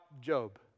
Job